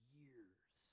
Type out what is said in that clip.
years